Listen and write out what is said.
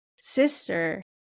sister